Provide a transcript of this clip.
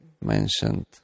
mentioned